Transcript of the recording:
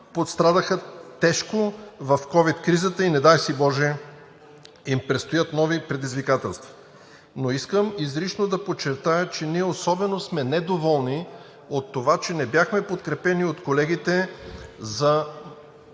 пострадаха тежко в ковид кризата и, не дай боже, им предстоят нови предизвикателства. Искам обаче изрично да подчертая, че ние особено сме недоволни от това, че не бяхме подкрепени от колегите за